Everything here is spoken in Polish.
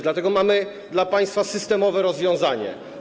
Dlatego mamy dla państwa systemowe rozwiązanie.